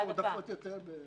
נשים מועדפות יותר.